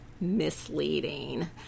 misleading